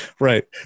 Right